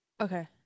Okay